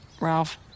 Ralph